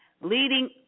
leading